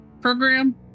program